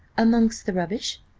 amongst the rubbish.